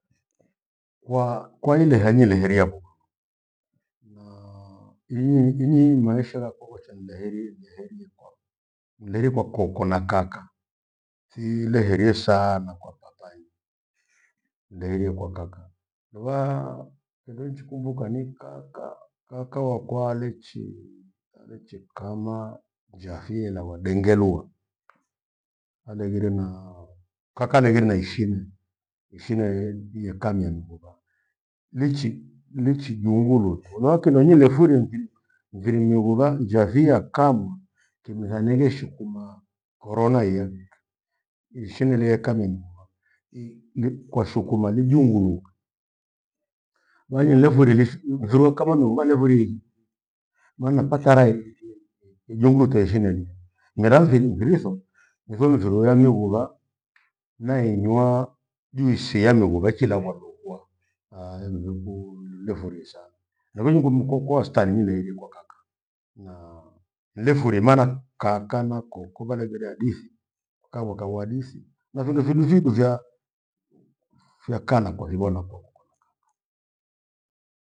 Kwa- kwa ilehaingi leheriapho naa inyi- inyi maisha ghakwa ghoshwe nileherie- nileherie kwa nigherie kwa koko na kaka. Thile herie sana kwa papanyi, ndeherie kwa kaka luphaha kindu nchi kumbuka ni kaka- kaka wakwa alechi- alechikama, jahie na madegelua, aleghire naa- kaka aleghie na ishine ishine yee- yekamia mighuba. Lichi- lichi jungulutwa lua kindo nilefurie njirinyughubha njafiya kamwa kimthaneghe shukumaa korona iyeki- ishindilie ikamighwa ili- kwa shukuma lijunghuluka. Wanyirephoririshi mfiru wa kama niumba leurihie maana pakharai, injungu teishineli. Mera mfiri- mfiritho nithomfiririwa mighupha na inywa juice iya ya mighu vachilagha lukwa aha emiruku ndilefurie sana. Neminyiko mkukwoa wastani nilehirikwa kaka naa nilefurie mana kaka na koko phaleghire hadithi ikaphua kaphua hadithi na findo fidu fidu vya kana kwa fiphona kwa koko na kaka.